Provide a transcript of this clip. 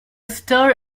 stir